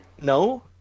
No